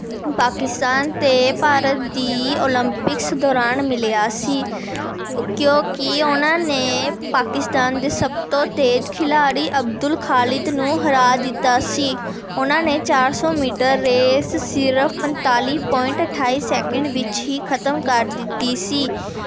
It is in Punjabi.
ਪਾਕਿਸਤਾਨ ਅਤੇ ਭਾਰਤ ਦੀ ਓਲੰਪਿਕਸ ਦੌਰਾਨ ਮਿਲਿਆ ਸੀ ਕਿਉਂਕਿ ਉਹਨਾਂ ਨੇ ਪਾਕਿਸਤਾਨ ਦੇ ਸਭ ਤੋਂ ਤੇਜ਼ ਖਿਲਾੜੀ ਅਬਦੁੱਲ ਖਾਲਿਦ ਨੂੰ ਹਰਾ ਦਿੱਤਾ ਸੀ ਉਹਨਾਂ ਨੇ ਚਾਰ ਸੌ ਮੀਟਰ ਰੇਸ ਸਿਰਫ ਪੰਤਾਲੀ ਪੁਆਇੰਟ ਅਠਾਈ ਸੈਕਿੰਡ ਵਿੱਚ ਹੀ ਖਤਮ ਕਰ ਦਿੱਤੀ ਸੀ